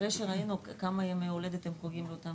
אחרי שראינו כמה ימי הולדת הם חוגגים לאותם